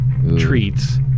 treats